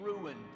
ruined